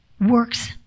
works